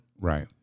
Right